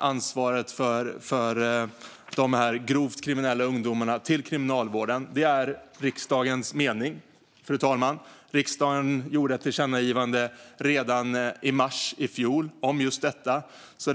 ansvaret för de grovt kriminella ungdomarna till Kriminalvården. Detta är också riksdagens mening, fru talman. Riksdagen gjorde ett tillkännagivande redan i mars i fjol om just detta.